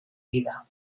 vida